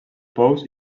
pous